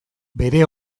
bere